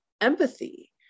empathy